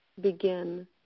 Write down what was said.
begin